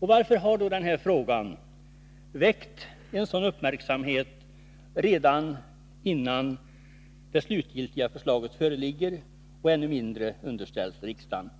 Varför har då den här frågan väckt en sådan uppmärksamhet redan innan det slutliga förslaget föreligger och ännu mindre underställts riksdagen?